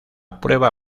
prueba